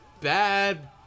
bad